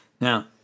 now